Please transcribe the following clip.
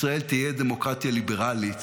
ישראל תהיה דמוקרטיה ליברלית,